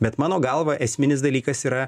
bet mano galva esminis dalykas yra